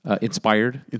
Inspired